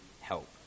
help